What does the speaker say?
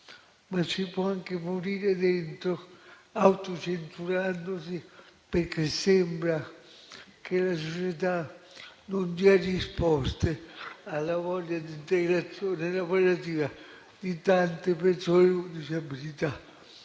ma si può anche morire dentro, autocensurandosi, perché sembra che la società non dia risposte alla voglia di integrazione lavorativa di tante persone con disabilità.